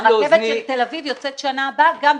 רכבת של תל אביב יוצאת בשנה הבאה גם ב-PPP.